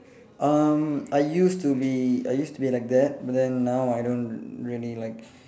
um I used to be I used to be like that but then now I don't really like